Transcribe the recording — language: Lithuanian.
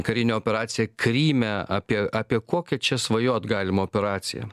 karinė operacija kryme apie apie kokią čia svajot galimą operaciją